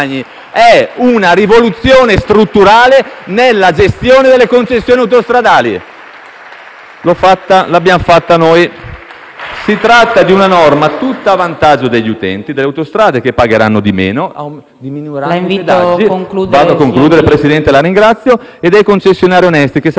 È una rivoluzione strutturale nella gestione delle concessioni autostradali e l'abbiamo fatta noi! Si tratta di una norma tutta a vantaggio degli utenti delle autostrade, che pagheranno di meno (diminuiranno i pedaggi), e dei concessionari